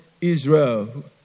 Israel